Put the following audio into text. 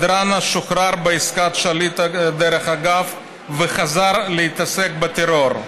בדארנה שוחרר בעסקת שליט וחזר להתעסק בטרור.